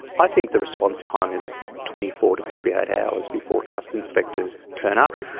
i think the response time is twenty four to forty eight hours before trust inspectors turn up.